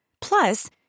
Plus